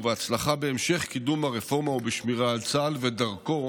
ובהצלחה בהמשך קידום הרפורמה ובשמירה על צה"ל ודרכו